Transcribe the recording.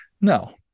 No